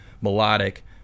melodic